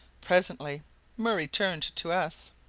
presently murray turned to us.